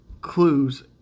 clues